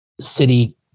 city